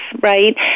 right